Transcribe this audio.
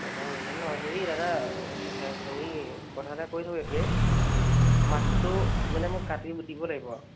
ছটামান বজাত ন' হেৰি দাদা হেৰি কথা এটা কৈ থওঁ এতিয়াই মাছটো মানে মোক কাটি দিব লাগিব